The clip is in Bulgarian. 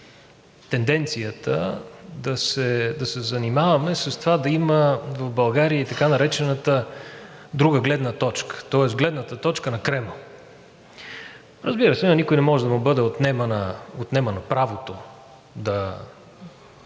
тенденцията да се занимаваме с това да има в България и така наречената друга гледна точка, тоест гледната точка на Кремъл. Разбира се, на никого не може да му бъде отнемано правото да